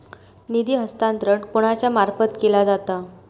निधी हस्तांतरण कोणाच्या मार्फत केला जाता?